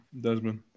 Desmond